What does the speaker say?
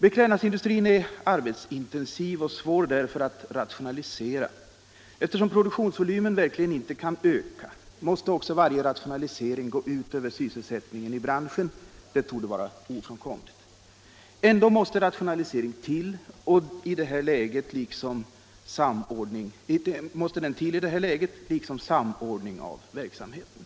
Beklädnadsindustrin är arbetsintensiv och därför svår att rationalisera. Eftersom produktionsvolymen inte kan öka måste varje rationalisering gå ut över sysselsättningen i branschen. Det torde vara ofrånkomligt. Ändå måste rationalisering till i det här läget, liksom samordning av verksamheten.